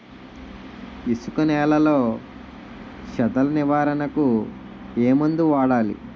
ఇసుక నేలలో చదల నివారణకు ఏ మందు వాడాలి?